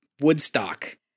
Woodstock